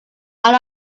out